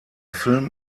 film